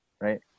Right